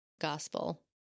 gospel